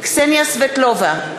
קסניה סבטלובה,